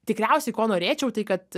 tikriausiai ko norėčiau tai kad